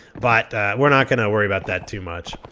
but we're not going to worry about that too much.